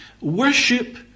Worship